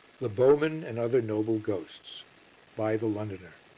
the bowmen and other noble ghosts by the londoner